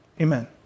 Amen